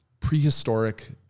prehistoric-